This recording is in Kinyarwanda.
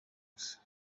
gusa